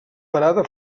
parada